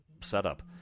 setup